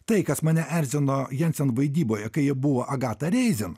tai kas mane erzino jensen vaidyboje kai ji buvo agata reizin